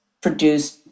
produced